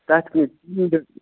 تَتھ کیٛاہ